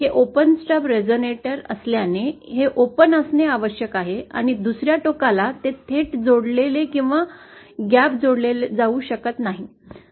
हे open stub resonator असल्याने हे ओपन असणे आवश्यक आहे आणि दुसर्या टोकाला ते थेट जोडलेले किंवा ग्याप ने जोडले जाऊ शकते